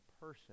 person